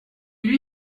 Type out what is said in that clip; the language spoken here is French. lui